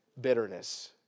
bitterness